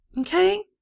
Okay